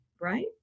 right